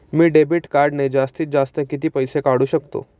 मी debit कार्डने जास्तीत जास्त किती पैसे काढू शकतो?